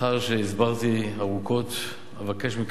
לאחר שהסברתי ארוכות אבקש מכם,